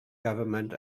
government